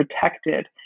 protected